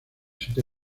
siete